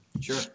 Sure